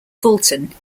fulton